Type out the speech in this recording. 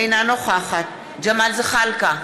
אינה נוכחת ג'מאל זחאלקה,